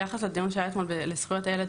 ביחס לדיון שהיה אתמול בוועדה לזכויות הילד,